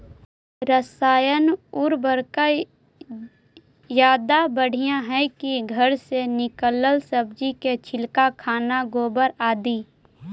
रासायन उर्वरक ज्यादा बढ़िया हैं कि घर से निकलल सब्जी के छिलका, खाना, गोबर, आदि?